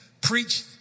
preach